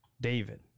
David